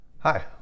Hi